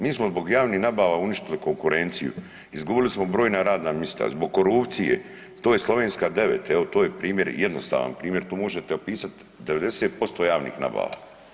Mi smo zbog javnih nabava uništili konkurenciju, izgubili smo brojna radna mista zbog korupcije, to je Slovenska 9, evo to je primjer, jednostavan primjer to možete opisat 90% javnih nabava.